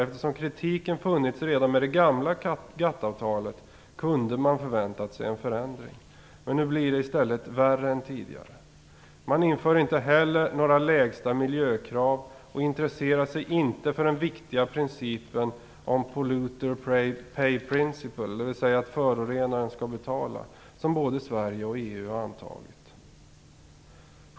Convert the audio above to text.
Eftersom kritiken funnits redan med det gamla GATT-avtalet kunde man förväntat sig en förändring. Men nu blir det i stället värre än tidigare. Man inför inte heller några bestämmelser om lägsta miljökrav, och intresserar sig inte för den viktiga Polluter Pay Principle, dvs. att förorenaren skall betala, som både Sverige och EU har antagit.